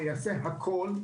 והוא יעשה הכול,